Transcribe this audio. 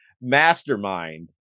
mastermind